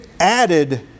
added